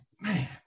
man